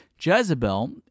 Jezebel